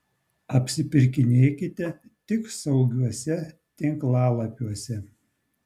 apsipirkinėkite tik saugiuose tinklalapiuose